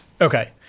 Okay